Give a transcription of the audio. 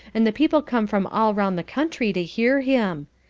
and the people come from all round the country to hear him.